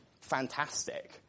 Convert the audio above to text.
fantastic